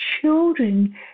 children